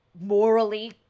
morally